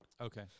Okay